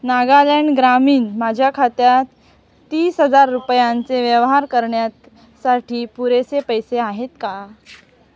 नागालँड ग्रामीण माझ्या खात्यात तीस हजार रुपयांचे व्यवहार करण्यासाठी पुरेसे पैसे आहेत का